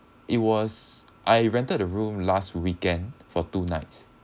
it was I rented a room last weekend for two nights